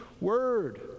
word